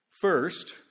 First